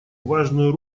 важную